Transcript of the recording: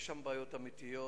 יש שם בעיות אמיתיות,